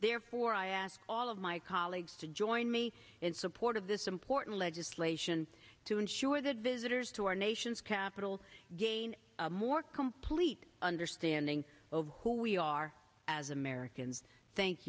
therefore i ask all of my colleagues to join me in support of this important legislation to ensure that visitors to our nation's capital gain a more complete understanding of who we are as americans thank